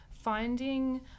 finding